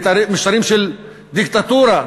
משטרים של דיקטטורה,